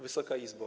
Wysoka Izbo!